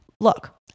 Look